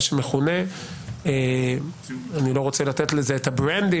מה שמכונה אני לא רוצה לתת לזה את ה-branding,